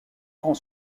grand